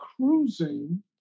cruising